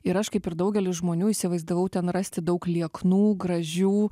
ir aš kaip ir daugelis žmonių įsivaizdavau ten rasti daug lieknų gražių